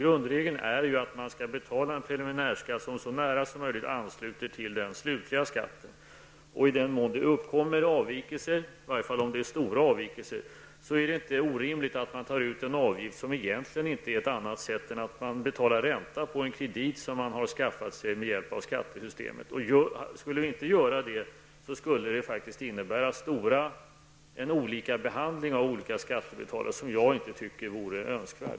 Grundregeln är att man skall betala en preliminär skatt som så nära som möjligt ansluter till den slutliga skatten. I den mån det uppkommer avvikelser -- i varje fall om det är stora avvikelser -- är det inte orimligt att ta ut en avgift, som egentligen inte innebär annat än att man betalar ränta på den kredit man har skaffat sig med hjälp av skattesystemet. Skulle vi inte göra det, skulle det faktiskt innebära en olika behandling av olika skattebetalare, något som jag inte tycker vore önskvärt.